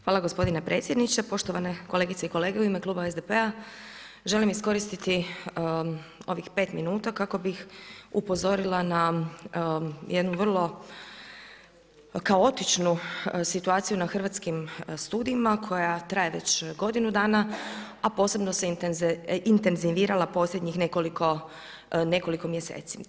Hvala gospodine predsjedniče, poštovane kolegice i kolege, u ime kluba SDP-a, želim iskoristiti ovih 5 minuta kako bih upozorila na jednu vrlo kaotični situaciju na Hrvatskim studijima koja traje već godinu dana a posebno se intenzivirala u posljednjih nekoliko mjeseci.